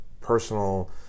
personal